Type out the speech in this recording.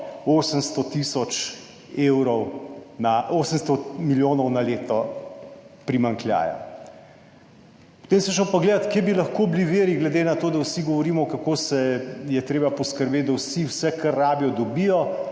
800 milijonov evrov na leto primanjkljaja. Potem sem šel pa gledati, kje bi lahko bili viri, glede na to, da vsi govorimo, kako je treba poskrbeti, da vsi vse, kar rabijo, dobijo,